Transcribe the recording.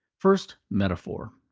first, metaphor.